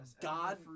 God